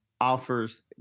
offers